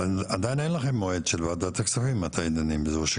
אבל עדיין אין לכם מועד מתי היא תדון.